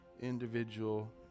individual